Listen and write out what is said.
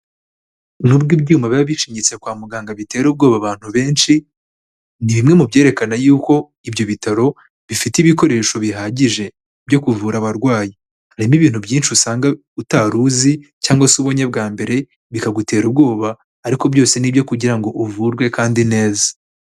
Nubwo ibyuma biba bicinyitse kwa muganga bitera ubwoba abantu benshi, ni bimwe mu byerekana yuko ibyo bitaro, bifite ibikoresho bihagije, byo kuvura abarwayi. Harimo ibintu byinshi usanga utari uzi cyangwa se ubunye bwa mbere, bikagutera ubwoba. Ariko byose ni ibyo kugira ngo uvurwe, kandi neza.